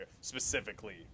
specifically